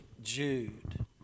Jude